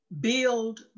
build